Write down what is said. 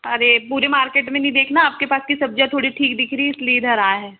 अरे पूरे मार्केट में नहीं देखना आप के पास की सब्जियाँ थोड़ी ठीक दिख रही है इसलिए इधर आए हैं